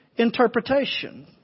Interpretation